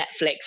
Netflix